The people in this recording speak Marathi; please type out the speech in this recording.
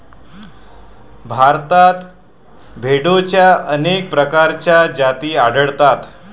भारतात भेडोंच्या अनेक प्रकारच्या जाती आढळतात